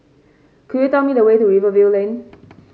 could you tell me the way to Rivervale Lane